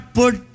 put